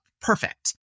Perfect